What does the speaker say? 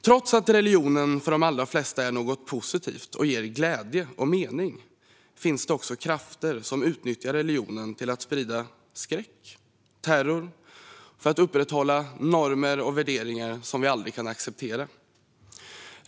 Trots att religionen för de allra flesta är något positivt och ger glädje och mening finns det också krafter som utnyttjar religionen till att sprida skräck och terror och för att upprätthålla normer och värderingar som vi aldrig kan acceptera.